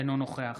אינו נוכח